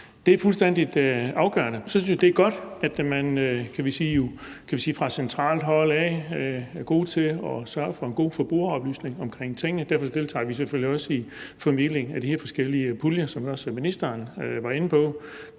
Det er fuldstændig afgørende. Og så synes jeg, det er godt, at man fra centralt hold er gode til at sørge for en god forbrugeroplysning omkring tingene, og derfor deltager vi selvfølgelig også i formidlingen af de her forskellige puljer, som også ministeren var inde på.